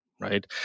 right